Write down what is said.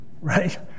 right